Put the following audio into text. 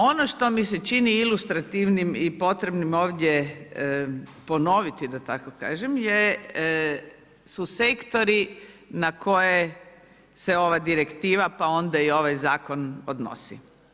Ono što mi se čini ilustrativnim i potrebno ovdje ponoviti, da tako kažem su sektori na koje se ova direktiva, pa onda i ovaj zakon odnosi.